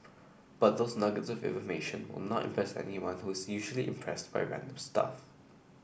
but those nuggets of information will not impress anyone who is usually impressed by random stuff